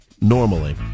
normally